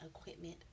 equipment